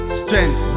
strength